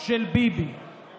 של ביבי";